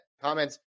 comments